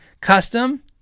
custom